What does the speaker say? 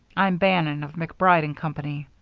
i'm bannon, of macbride and company.